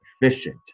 efficient